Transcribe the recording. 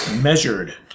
measured